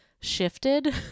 shifted